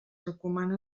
recomana